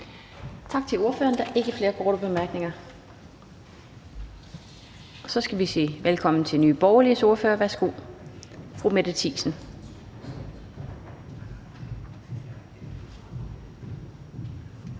Tak til ordføreren. Der er ikke flere korte bemærkninger. Og så skal vi sige velkommen til Nye Borgerliges ordfører. Værsgo til fru Mette Thiesen.